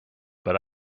but